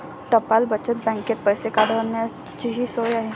टपाल बचत बँकेत पैसे काढण्याचीही सोय आहे